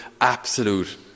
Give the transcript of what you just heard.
absolute